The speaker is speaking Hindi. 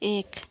एक